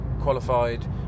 qualified